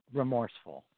remorseful